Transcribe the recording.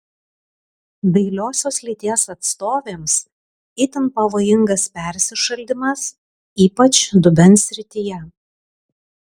dailiosios lyties atstovėms itin pavojingas persišaldymas ypač dubens srityje